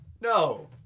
no